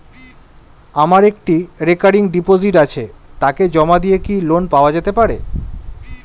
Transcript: আমার একটি recurring deposit আছে তাকে জমা দিয়ে কি লোন পাওয়া যেতে পারে?